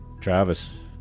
Travis